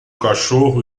cachorro